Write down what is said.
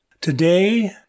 Today